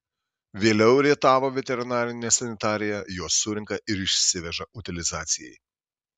vėliau rietavo veterinarinė sanitarija juos surenka ir išsiveža utilizacijai